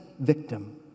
victim